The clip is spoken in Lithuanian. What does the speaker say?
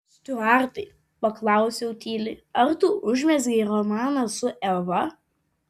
stiuartai paklausiau tyliai ar tu užmezgei romaną su eva